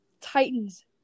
Titans